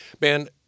man